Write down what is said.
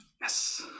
Yes